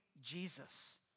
Jesus